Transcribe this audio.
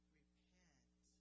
repent